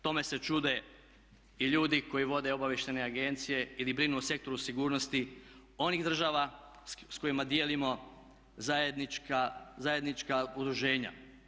Tome se čude i ljudi koji vode obavještajne agencije ili brinu o sektoru sigurnosti onih država s kojima dijelimo zajednička udruženja.